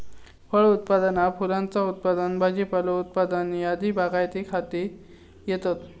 फळ उत्पादना फुलांचा उत्पादन भाजीपालो उत्पादन आदी बागायतीखाली येतत